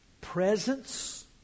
presence